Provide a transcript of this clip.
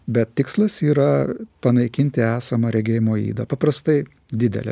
bet tikslas yra panaikinti esamą regėjimo ydą paprastai didelę